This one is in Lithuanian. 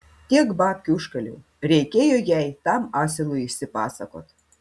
tiek babkių užkaliau reikėjo jai tam asilui išsipasakot